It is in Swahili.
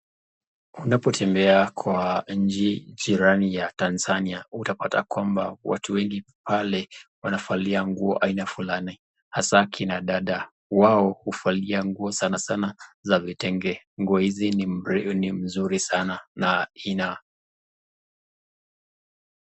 Unapotembea kwa nchi jirani ya tanzania, utapata kwamba watu wengi pale wanavalia nguo aina fulani hasa kina dada, wao huvalia nguo sanasana ya vitenge, nguo hizi ni mzuri sana na ina...